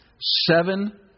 seven